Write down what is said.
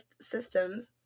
systems